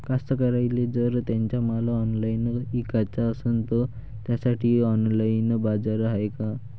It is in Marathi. कास्तकाराइले जर त्यांचा माल ऑनलाइन इकाचा असन तर त्यासाठी ऑनलाइन बाजार हाय का?